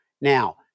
Now